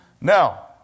Now